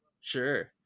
Sure